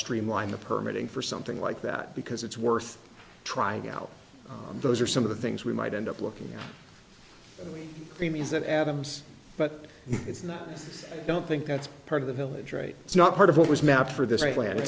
streamline the permit in for something like that because it's worth trying out those are some of the things we might end up looking mean is that adams but it's not i don't think that's part of the village right it's not part of what was map for this plan